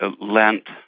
Lent